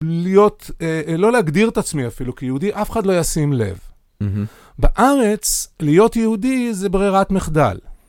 להיות.. לא להגדיר את עצמי אפילו כיהודי, אף אחד לא ישים לב. בארץ, להיות יהודי זה ברירת מחדל.